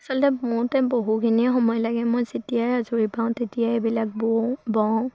আচলতে বওতে বহুখিনিয়ে সময় লাগে মই যেতিয়াই আজৰি পাওঁ তেতিয়াই এইবিলাক বওঁ বওঁ